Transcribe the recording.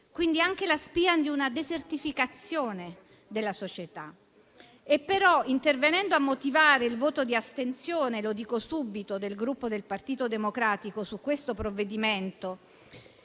quindi anche la spia di una desertificazione della società. Però, intervenendo a motivare il voto di astensione - lo dico subito - del Gruppo Partito Democratico su questo provvedimento,